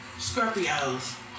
Scorpios